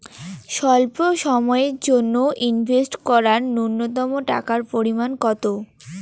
স্বল্প সময়ের জন্য ইনভেস্ট করার নূন্যতম টাকার পরিমাণ কত?